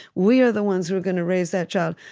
we are the ones who are going to raise that child,